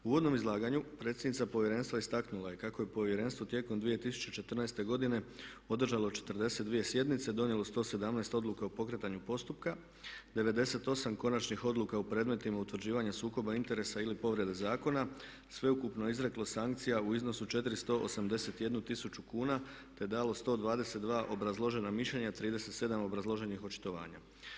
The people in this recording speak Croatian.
U uvodnom izlaganju predsjednica Povjerenstva istaknula je kako je Povjerenstvo tijekom 2014. godine održalo 42 sjednice, donijelo 117 odluka o pokretanju postupka, 98 konačnih odluka u predmetima utvrđivanja sukoba interesa ili povrede zakona, sveukupno izreklo sankcija u iznosu 4781 tisuću kuna te dalo 122 obrazložena mišljenja, 37 obrazloženih očitovanja.